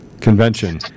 convention